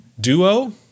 duo